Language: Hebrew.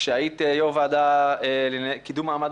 את בתפקיד יושב-ראש הוועדה לקידום מעמד